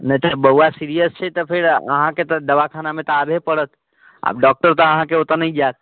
नहि तऽ बौआ सिरियस छै तऽ फेर अहाँके तऽ दबाखानामे तऽ आबहे पड़त आब डॉक्टर तऽ अहाँके ओतऽ नहि जायत